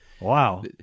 Wow